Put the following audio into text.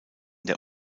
der